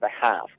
behalf